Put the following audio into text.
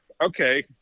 okay